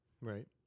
Right